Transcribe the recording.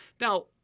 Now